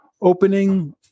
Opening